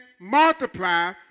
multiply